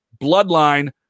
bloodline